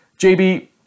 JB